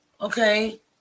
okay